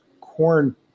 corn